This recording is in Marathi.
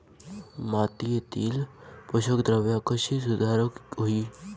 मातीयेतली पोषकद्रव्या कशी सुधारुक होई?